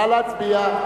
נא להצביע.